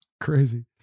Crazy